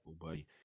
buddy